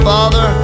Father